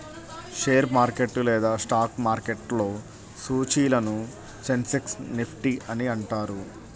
share market లేదా stock మార్కెట్లో సూచీలను సెన్సెక్స్, నిఫ్టీ అని అంటారు